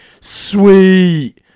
Sweet